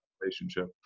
relationship